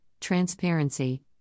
transparency